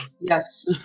yes